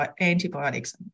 antibiotics